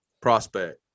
prospect